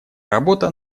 работа